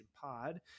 Pod